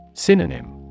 Synonym